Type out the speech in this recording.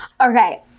Okay